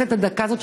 בדקה הזאת,